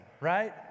right